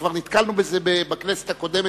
וכבר נתקלנו בזה בכנסת הקודמת,